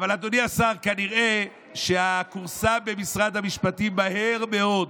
אדוני השר, כנראה שהכורסה במשרד המשפטים מהר מאוד,